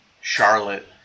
Charlotte